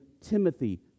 Timothy